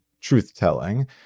truth-telling